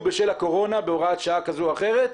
בשל הקורונה בהוראת שעה כזו או אחרת,